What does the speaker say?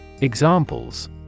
Examples